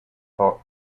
thought